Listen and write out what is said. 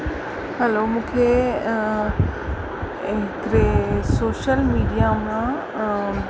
हलो मूंखे हिकिड़े social media मां